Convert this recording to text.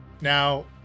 Now